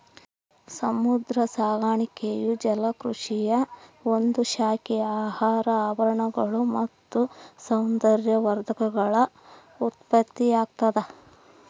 ಸಮುದ್ರ ಸಾಕಾಣಿಕೆಯು ಜಲಕೃಷಿಯ ಒಂದು ಶಾಖೆ ಆಹಾರ ಆಭರಣಗಳು ಮತ್ತು ಸೌಂದರ್ಯವರ್ಧಕಗಳ ಉತ್ಪತ್ತಿಯಾಗ್ತದ